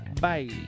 Bye